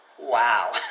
Wow